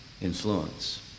influence